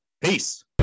Peace